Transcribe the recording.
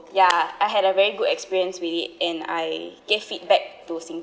ya I had a very good experience with it and I gave feedback to Sing~